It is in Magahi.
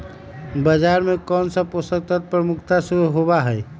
बाजरा में कौन सा पोषक तत्व प्रमुखता से होबा हई?